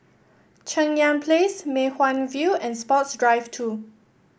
Cheng Yan Place Mei Hwan View and Sports Drive Two